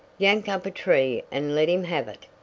yank up a tree and let him have it.